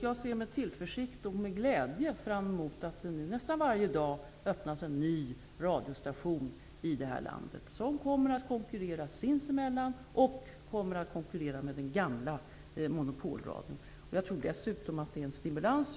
Jag ser med tillförsikt och glädje fram emot att det nu nästan varje dag startas en ny radiostation i det här landet. Radiostationerna kommer att konkurrera sinsemellan och med den gamla monopolradion. Jag tror dessutom att det är en stimulans.